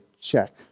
Check